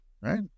Right